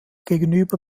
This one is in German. gegenüber